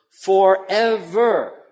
Forever